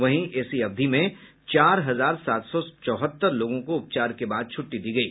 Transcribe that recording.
वहीं इसी अवधि में चार हजार सात सौ चौहत्तर लोगों को उपचार के बाद छुट्टी दी गयी